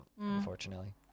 unfortunately